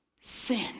sin